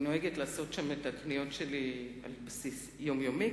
ונוהגת לעשות שם את הקניות שלי על בסיס יומיומי,